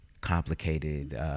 complicated